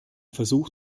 versuch